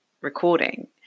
recording